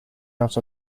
out